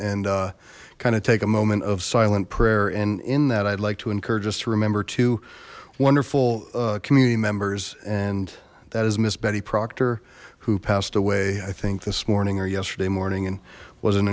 and kind of take a moment of silent prayer and in that i'd like to encourage us to remember to wonderful community members and that is miss betty proctor who passed away i think this morning or yesterday morning and was